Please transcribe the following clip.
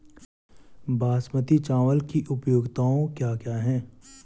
बासमती चावल की उपयोगिताओं क्या क्या हैं?